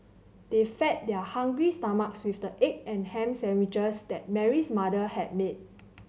they fed their hungry stomachs with the egg and ham sandwiches that Mary's mother had made